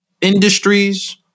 industries